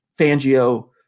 Fangio